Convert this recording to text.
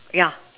yeah